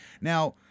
Now